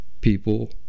people